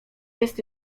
jest